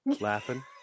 Laughing